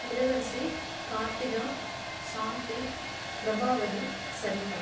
Ilavarasi Karthika Shanti Prabhavati Saritha